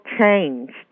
changed